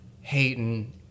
hating